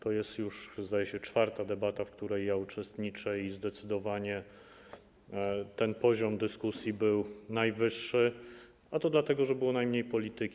To jest już, zdaje się, czwarta debata, w której ja uczestniczę, i zdecydowanie poziom dyskusji był najwyższy, a to dlatego, że po prostu było najmniej polityki.